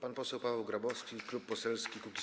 Pan poseł Paweł Grabowski, Klub Poselski Kukiz’15.